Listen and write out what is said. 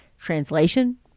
Translation